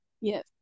Yes